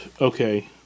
okay